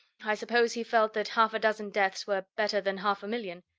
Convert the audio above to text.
i suppose he felt that half a dozen deaths were better than half a million.